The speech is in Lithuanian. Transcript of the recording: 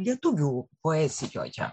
lietuvių poezijoje